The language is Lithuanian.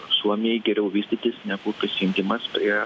suomijai geriau vystytis negu prisijungimas prie